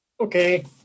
Okay